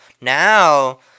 now